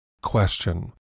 question